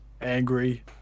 angry